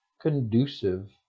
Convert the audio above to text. conducive